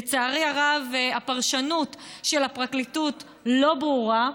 לצערי הרב הפרשנות של הפרקליטות לחוק לא ברורה,